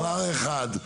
דבר אחד.